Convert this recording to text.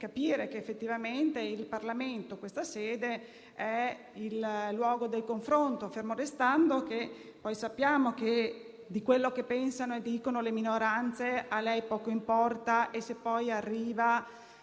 capire che effettivamente il Parlamento, questa sede, è il luogo del confronto, fermo restando che sappiamo che di quello che pensano e dicono le minoranze a lei poco importa. Se, poi, il